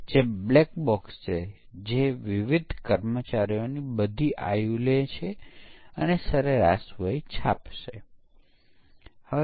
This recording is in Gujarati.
તેથી આ પ્રકારની ભૂલો છે જે યુનિટ પરીક્ષણમાં મળે છે પરંતુ એકીકરણ પરીક્ષણ વિશે શું